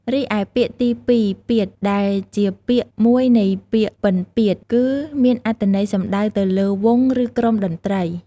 រីឯពាក្យទីពីរ"ពាទ្យ" ដែលជាផ្នែកមួយនៃពាក្យ "ពិណពាទ្យ" គឺមានអត្ថន័យសំដៅទៅលើ វង់ ឬ ក្រុមតន្ត្រី។